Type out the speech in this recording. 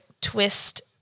twist